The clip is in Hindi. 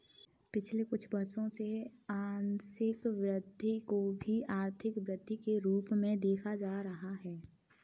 पिछले कुछ वर्षों से आंशिक वृद्धि को भी आर्थिक वृद्धि के रूप में देखा जा रहा है